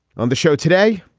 on the show today,